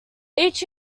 each